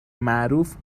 معروف